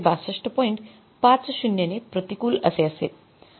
५० ने प्रतिकूल असे असेल